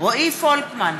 רועי פולקמן,